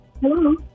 Hello